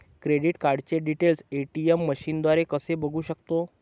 Credit कार्डचे details ATM मशीनद्वारे कसे बघू शकतो?